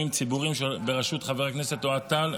ציבוריים בראשות חבר הכנסת אוהד טל,